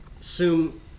assume